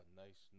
nice